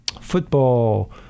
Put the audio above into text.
football